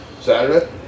Saturday